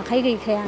आखाइ गैखाया